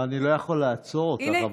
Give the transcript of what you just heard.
אני לא יכול לעצור אותך,